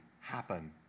happen